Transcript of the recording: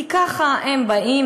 כי ככה הם באים,